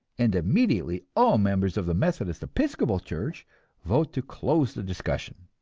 and immediately all members of the methodist episcopal church vote to close the discussion.